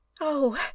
Oh